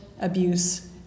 abuse